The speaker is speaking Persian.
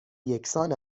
یکسان